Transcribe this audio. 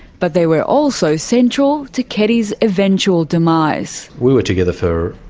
but they were also central to keddies' eventual demise. we were together for,